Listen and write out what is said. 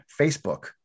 Facebook